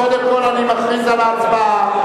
קודם כול אני מכריז על תוצאות ההצבעה.